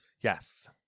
Yes